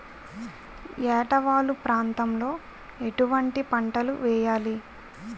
ఏటా వాలు ప్రాంతం లో ఎటువంటి పంటలు వేయాలి?